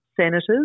senators